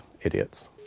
idiots